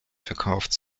verkauft